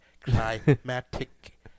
climatic